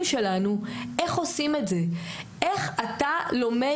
אם נצטרך אני אסייע,